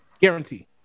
Guarantee